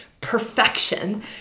perfection